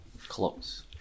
Close